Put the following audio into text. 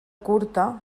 curta